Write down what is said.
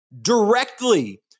directly